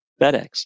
FedEx